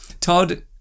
Todd